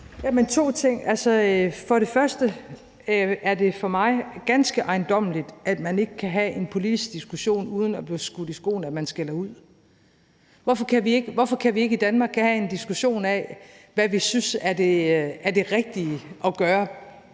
to ting. Det er for mig ganske ejendommeligt, at man ikke kan have en politisk diskussion uden at blive skudt i skoene, at der skældes ud. Hvorfor kan vi ikke i Danmark have en diskussion af, hvad vi synes er det rigtige at gøre